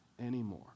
anymore